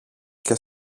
και